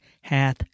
hath